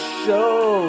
show